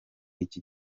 iki